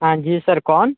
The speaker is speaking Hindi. हाँ जी सर कौन